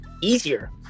easier